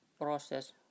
process